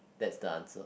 that the answer